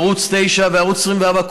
ערוץ 9 וערוץ 24,